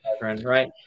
right